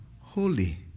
holy